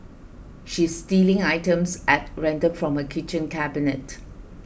she's stealing items at random from her kitchen cabinet